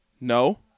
no